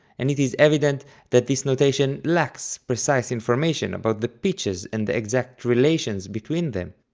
and it is evident that this notation lacks precise information about the pitches and the exact relations between them.